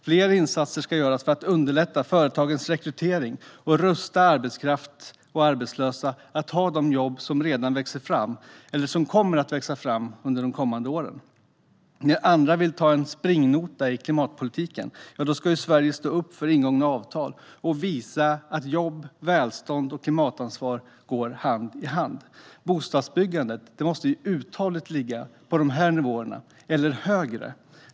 Fler insatser ska göras för att underlätta företagens rekrytering och rusta arbetslösa att ta de jobb som kommer att växa fram de kommande åren. När andra vill ta en springnota i klimatpolitiken ska Sverige stå upp för ingångna avtal och visa att jobb, välstånd och klimatansvar går hand i hand. Bostadsbyggandet måste uthålligt ligga på dagens nivåer eller högre.